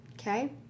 Okay